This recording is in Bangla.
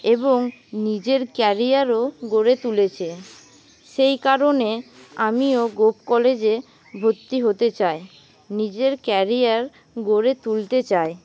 এবং নিজের কেরিয়ারও গড়ে তুলেছে সেই কারণে আমিও গোপ কলেজে ভর্তি হতে চাই নিজের কেরিয়ার গড়ে তুলতে চাই